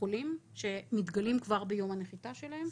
חולים שמתגלים כבר ביום הנחיתה שלהם.